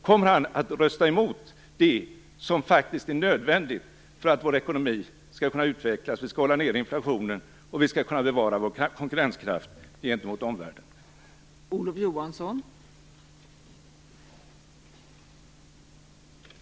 Kommer han att rösta emot det som faktiskt är nödvändigt för att Sveriges ekonomi skall kunna utvecklas, inflationen hållas nere och konkurrenskraften gentemot omvärlden skall kunna bevaras?